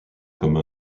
comme